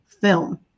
film